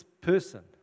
person